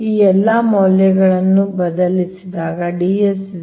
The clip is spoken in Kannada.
ಈ ಎಲ್ಲಾ ಮೌಲ್ಯಗಳನ್ನು ಬದಲಿಸಿ